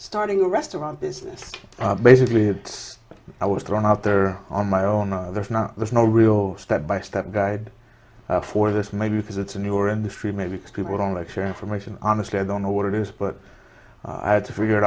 starting a restaurant business basically it's i was thrown out there on my own there's no there's no real step by step guide for this maybe because it's a newer industry maybe because people don't like share information honestly i don't know what it is but i had to figure it